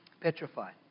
Petrified